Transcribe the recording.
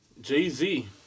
Jay-Z